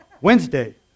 Wednesday